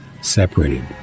separated